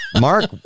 Mark